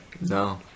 No